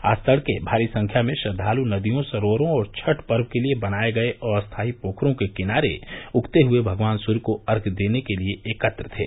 आज तड़के भारी संख्या में श्रद्वाल नदियों सरोकरो और छठ पर्व के लिए बनाए गये अस्थायी पोखरो के किनारे उगते हुए भगवान सूर्य को अर्घ्य देने के लिए एकत्र थे